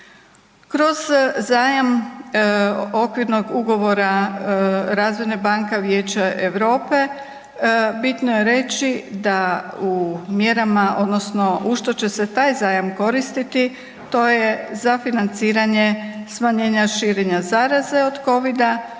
Kroz zajam okvirnog ugovora Razvojne banke Vijeća Europe bitno je reći da u mjerama odnosno u što će se taj zajam koristiti, to je za financiranje smanjenja širenja zaraze od covida,